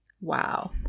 Wow